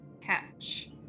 catch